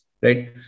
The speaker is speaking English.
right